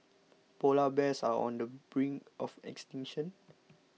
Polar Bears are on the brink of extinction